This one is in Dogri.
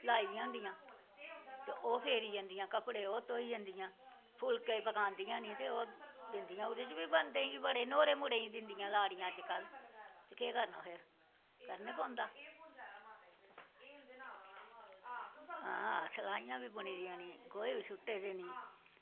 लाई दियां होंदियां ते ओह् फेरी जंदियां ते कपड़े ओह् धोई जंदियां फुलकै पकांदियां निं ओह् ओह् बी मुढ़ें ई दिंदियां न लाड़ियां अज कल्ल ते केह् करना फिर करना पौंदा ओह् सलाहियां बी बनी जानियां गोहे बी सुट्टे दे न